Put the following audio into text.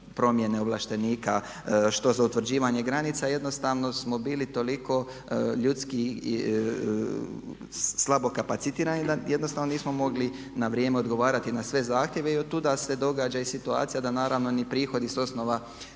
promjene ovlaštenika, što za utvrđivanje granica jednostavno smo bili toliko ljudski slabo kapacitirani, da jednostavno nismo mogli na vrijeme odgovarati na sve zahtjeve. I od tuda se događa i situacija da naravno ni prihodi sa osnova